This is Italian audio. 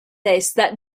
testa